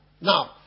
Now